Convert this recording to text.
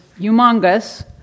humongous